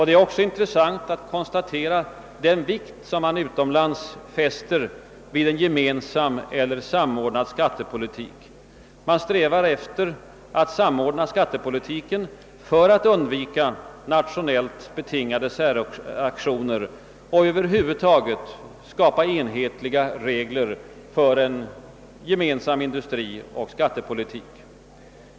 Det är också intressant att konstatera vilken vikt man utomlands fäster vid en gemensam eller samordnad skattepolitik. Man strävar efter att samordna skattepolitiken för att undvika nationellt betingade säraktioner, och man söker över huvud taget åstadkomma enhetliga regler för en gemensam industrioch skattepolitik.